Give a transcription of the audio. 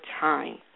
time